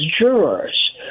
jurors